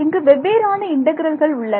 இங்கு வெவ்வேறான இன்டெக்ரல்கள் உள்ளன